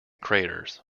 craters